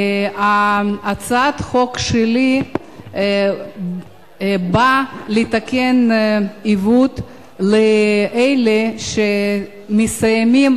הצעת החוק שלי באה לתקן עיוות לאלה שמסיימים